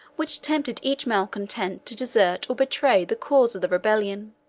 which tempted each malecontent to desert or betray the cause of the rebellion.